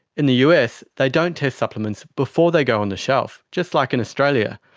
in the us they don't test supplements before they go on the shelf, just like in australia.